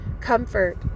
comfort